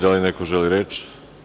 Da li neko želi reč?